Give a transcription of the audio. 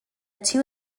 two